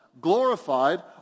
glorified